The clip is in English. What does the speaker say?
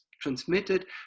transmitted